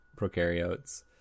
prokaryotes